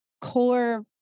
core